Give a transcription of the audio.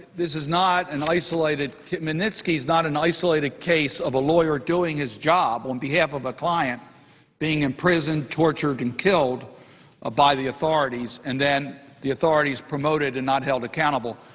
this is not an isolated magnitsky is not an isolated case of a lawyer doing his job on behalf of a client being imprisoned, tortured and killed ah by the authorities and then the authorities promoted and not held accountable.